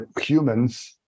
humans